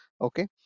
okay